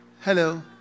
Hello